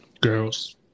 Girls